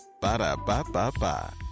Ba-da-ba-ba-ba